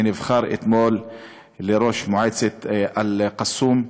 שנבחר אתמול לראש מועצת אל-קסום,